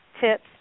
tips